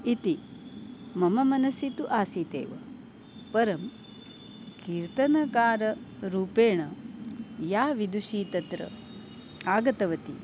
इति मम मनसि तु आसीदेव परं कीर्तनकाररूपेण या विदुषी तत्र आगतवती